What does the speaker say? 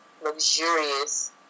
luxurious